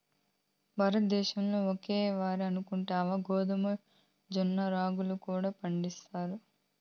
భారతద్దేశంల ఒక్క ఒరే అనుకుంటివా గోధుమ, జొన్న, రాగులు కూడా పండతండాయి